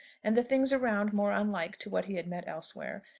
and the things around more unlike to what he had met elsewhere,